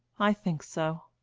i think so.